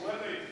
ואללה אישי.